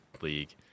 League